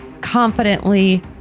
confidently